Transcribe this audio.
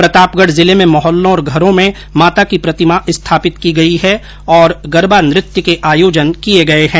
प्रतापगढ़ जिले में मोहल्लो और घरों में माता की प्रतिमा स्थापित की गई है और गरबा नृत्य के आयोजन किये गये है